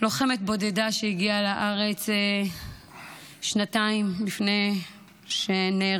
לוחמת בודדה שהגיעה לארץ שנתיים לפני שנהרגה.